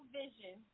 vision